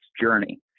journey